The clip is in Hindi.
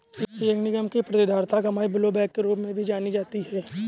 एक निगम की प्रतिधारित कमाई ब्लोबैक के रूप में भी जानी जाती है